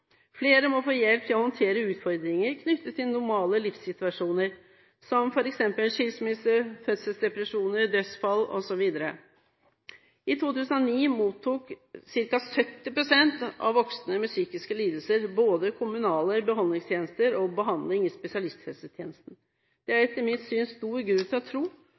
Flere må få hjelp til å håndtere utfordringer knyttet til normale livssituasjoner som f.eks. skilsmisse, fødselsdepresjoner, dødsfall osv. I 2009 mottok ca. 70 pst. av voksne med psykiske lidelser både kommunale behandlingstjenester og behandling i spesialisthelsetjenesten. Det er etter mitt syn stor grunn til å tro